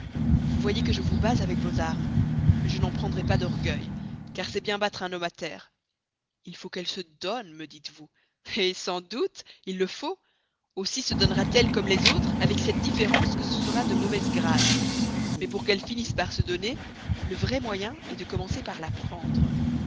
vous voyez que je vous bats avec vos armes mais je n'en prendrai pas d'orgueil car c'est bien battre un homme à terre il faut qu'elle se donne me dites-vous eh sans doute il le faut aussi se donnera t elle comme les autres avec cette différence que ce sera de mauvaise grâce mais pour qu'elle finisse par se donner le vrai moyen est de commencer par la prendre